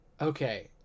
Okay